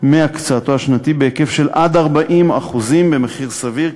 מהקצאתו השנתית בהיקף של עד 40% במחיר סביר,